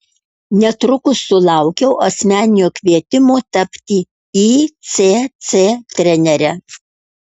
netrukus sulaukiau asmeninio kvietimo tapti icc trenere